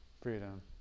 freedom